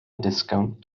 disgownt